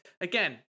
again